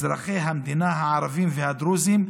אזרחי המדינה הערבים והדרוזים,